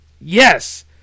yes